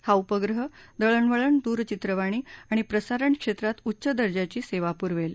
हा उपग्रह दळणवळण दूरचित्रवाणी आणि प्रसारण क्षेत्रात उच्च दर्जाची सेवा पुरवेल